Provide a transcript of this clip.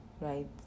right